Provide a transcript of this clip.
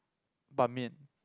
ban-mian